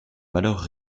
malheur